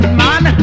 man